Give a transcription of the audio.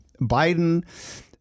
Biden